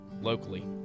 locally